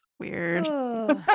weird